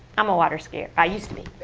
i'm a water skier. i used to be.